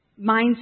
mindset